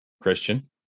christian